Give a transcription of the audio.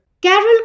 Carol